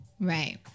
Right